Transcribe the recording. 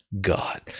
God